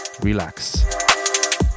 relax